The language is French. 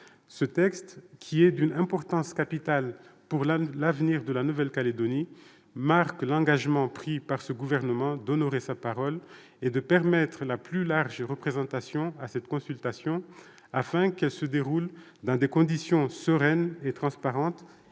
Ce texte, qui est d'une importance capitale pour l'avenir de la Nouvelle-Calédonie, marque l'engagement pris par ce gouvernement d'honorer sa parole et de permettre la plus large représentation à cette consultation, afin qu'elle se déroule dans des conditions sereines et transparentes